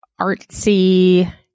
artsy